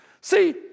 See